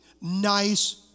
nice